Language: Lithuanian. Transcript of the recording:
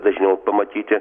dažniau pamatyti